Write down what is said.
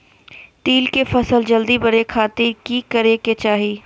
तिल के फसल जल्दी बड़े खातिर की करे के चाही?